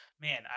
man